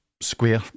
square